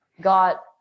got